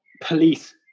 police